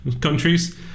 countries